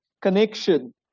connection